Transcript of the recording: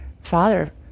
father